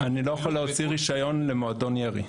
--- אני לא יכול להוציא רישיון למועדון ירי,